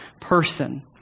person